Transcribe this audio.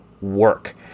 work